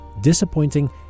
disappointing